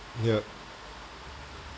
ya